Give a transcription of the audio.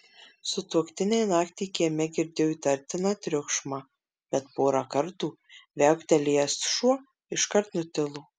sutuoktiniai naktį kieme girdėjo įtartiną triukšmą bet porą kartų viauktelėjęs šuo iškart nutilo